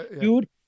dude